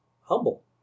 humble